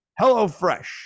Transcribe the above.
HelloFresh